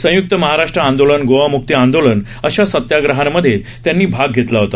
संय्क्त महाराष्ट्र आंदोलन गोवाम्क्ती आंदोलन अशा सत्याग्रहांमध्ये त्यांनी भाग घेतला होता